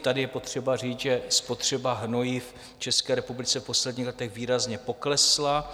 Tady je potřeba říct, že spotřeba hnojiv v České republice v posledních letech výrazně poklesla.